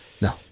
No